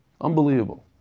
Unbelievable